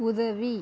உதவி